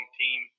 team